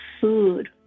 food